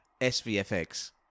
s-v-f-x